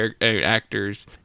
actors